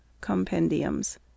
Compendiums